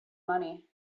money